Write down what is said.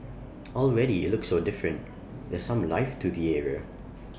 already IT looks so different there's some life to the area